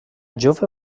jove